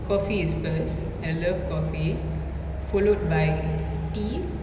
coffee is first I love coffee followed by tea